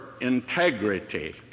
integrity